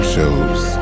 Shows